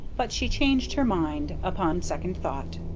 but she changed her mind upon second thought.